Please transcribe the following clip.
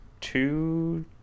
two